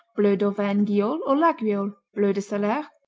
bleu d'auvergne guiole or laguiole, bleu de salers,